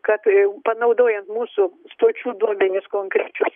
kad panaudojant mūsų stočių duomenis konkrečius